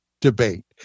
debate